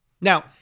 Now